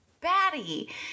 batty